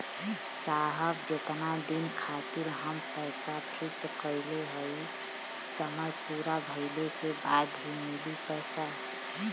साहब जेतना दिन खातिर हम पैसा फिक्स करले हई समय पूरा भइले के बाद ही मिली पैसा?